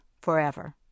forever